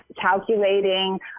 calculating